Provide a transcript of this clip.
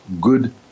good